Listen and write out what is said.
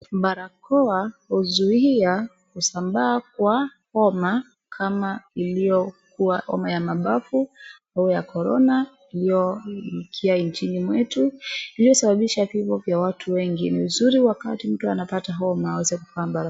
Barakoa huzuia kusambaa kwa homa kama iliyokuwa homa ya mapafu au ya Korona iliyoingia nchini mwetu iliyosababisha vifo vya watu wengi. Ni vizuri wakati mtu anapata homa aweze kuvaa barakoa.